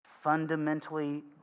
fundamentally